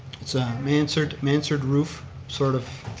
it's a mansard mansard roof, sort of